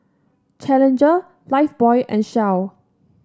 Challenger Lifebuoy and Shell